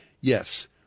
yes